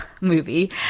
movie